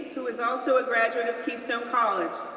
who is also a graduate of keystone college,